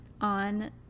on